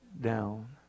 down